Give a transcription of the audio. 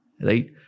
Right